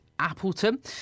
Appleton